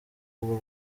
bwo